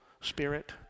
spirit